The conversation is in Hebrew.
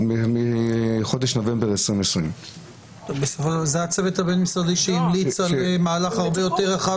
מחודש נובמבר 2020. זה הצוות הבין-משרדי שהמליץ על מהלך הרבה יותר רחב.